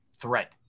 threat